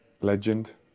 Legend